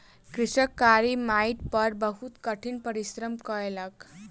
कृषक कारी माइट पर बहुत कठिन परिश्रम कयलक